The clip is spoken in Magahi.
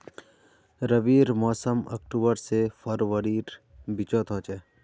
रविर मोसम अक्टूबर से फरवरीर बिचोत होचे